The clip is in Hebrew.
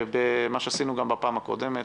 כפי שעשינו בפעם הקודמת,